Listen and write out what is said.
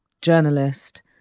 journalist